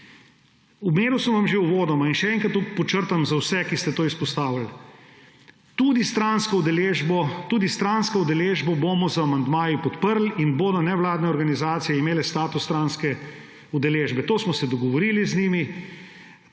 Uvodoma sem že omenil in še enkrat podčrtam za vse, ki ste to izpostavili – tudi stransko udeležbo bomo z amandmaji podprli in bodo nevladne organizacije imele status stranske udeležbe. To smo se dogovorili z njimi.